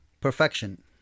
perfection